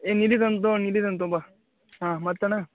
ಏ ನೀಲಿದು ಒಂದು ನೀಲಿದು ಒಂದು ತೊಂಬಾ ಹಾಂ ಮತ್ತಣ್ಣ